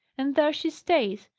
and there she stays,